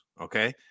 okay